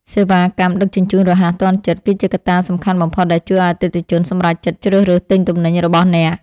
សេវាកម្មដឹកជញ្ជូនរហ័សទាន់ចិត្ត គឺជាកត្តាសំខាន់បំផុតដែលជួយឱ្យអតិថិជនសម្រេចចិត្តជ្រើសរើសទិញទំនិញរបស់អ្នក។